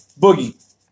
Boogie